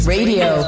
Radio